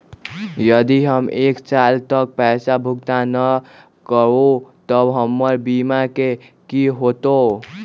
यदि हम एक साल तक पैसा भुगतान न कवै त हमर बीमा के की होतै?